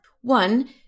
one